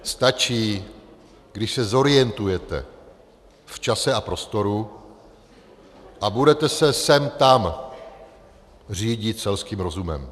Stačí, když se zorientujete v čase a prostoru a budete se sem tam řídit selským rozumem.